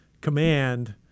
command